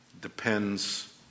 depends